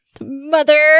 Mother